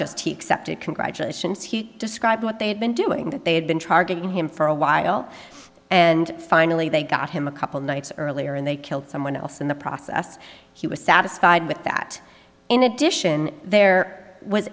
septic congratulations he described what they had been doing that they had been targeting him for a while and finally they got him a couple nights earlier and they killed someone else in the process he was satisfied with that in addition there w